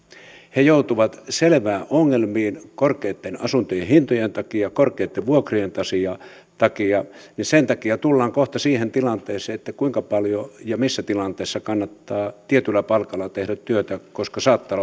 he joutuvat selviin ongelmiin asuntojen korkeitten hintojen takia korkeitten vuokrien takia ja sen takia tullaan kohta siihen tilanteeseen että kuinka paljon ja missä tilanteessa kannattaa tietyllä palkalla tehdä työtä koska saattaa